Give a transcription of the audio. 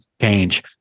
change